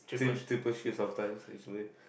tri~ triple shift sometimes this way